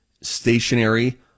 stationary